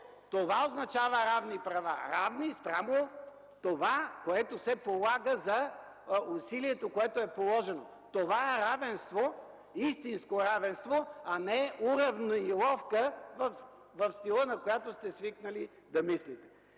Това означава равни права – равни спрямо това, което се полага за усилието, което е положено. Това е равенство, истинско равенство, а не уравниловка в стила, на която сте свикнали да мислите.